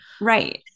Right